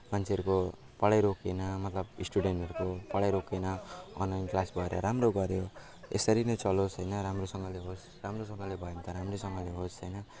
मान्छेहरूको पढाइ रोकिएन मतलब स्टुडेन्टहरूको पढाइ रोकिएन अनलाइन क्लास भएर राम्रो गऱ्यो यसरी नै चलोस् होइन राम्रोसँगले होस् राम्रोसँगले भयो भने त राम्रैसँगले होस् होइन